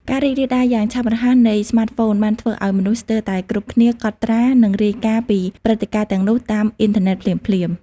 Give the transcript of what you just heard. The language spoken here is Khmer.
ការរីករាលដាលយ៉ាងឆាប់រហ័សនៃស្មាតហ្វូនបានធ្វើឱ្យមនុស្សស្ទើរតែគ្រប់គ្នាកត់ត្រា និងរាយការណ៍ពីព្រឹត្តិការណ៍ទាំងនោះតាមអ៊ីនធឺណិតភ្លាមៗ។